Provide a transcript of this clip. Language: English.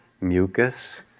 mucus